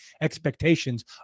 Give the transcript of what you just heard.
expectations